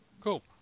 cool